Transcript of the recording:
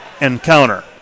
encounter